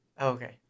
Okay